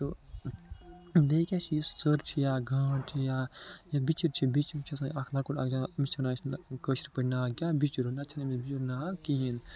تہٕ بیٚیہِ کیٛاہ چھِ یُس یہِ ژٔر چھِ یا گانٹ چھِ یا یہِ بِچِرۍ چھِ بِچِرۍ چھِ آسان اَکھ لوکُٹ اَکھ جان أمِس چھِ وَنان أسۍ کٲشِر پٲٹھۍ ناو کیٛاہ بِچُر نَتہٕ چھِنہٕ أمِس بِچُر ناو کِہیٖنۍ